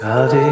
God